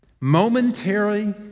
momentary